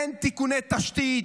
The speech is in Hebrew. אין תיקוני תשתית,